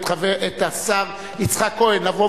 אני מזמין עכשיו את השר יצחק כהן לבוא